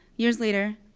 years later,